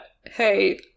hey